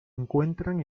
encuentran